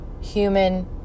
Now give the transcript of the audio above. human